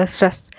Stress